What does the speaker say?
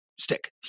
Stick